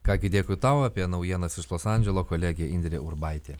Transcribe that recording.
ką gi dėkui tau apie naujienas iš los andželo kolegė indrė urbaitė